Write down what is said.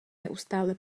neustále